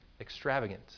extravagant